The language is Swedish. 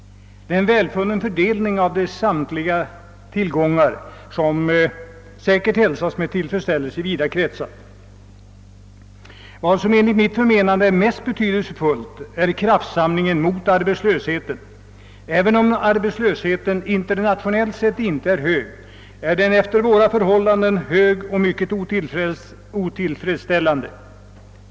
Det är en välfunnen fördelning av de samlade tillgångarna, som säkerligen hälsas med tillfredsställelse i vida kretsar. Det jag finner mest betydelsefullt är kraftsamlingen mot arbetslösheten. även om arbetslösheten här i Sverige internationellt sett inte är hög är den efter våra förhållanden betydande.